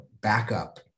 backup